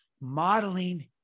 Modeling